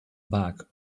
back